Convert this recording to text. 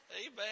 Amen